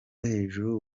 hejuru